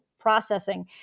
processing